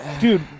dude